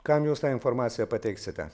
kam jūs tą informaciją pateiksite